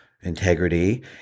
integrity